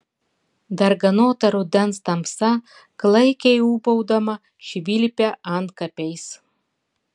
darganota rudens tamsa klaikiai ūbaudama švilpia antkapiais